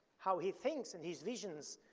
how he thinks and his visions,